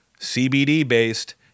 CBD-based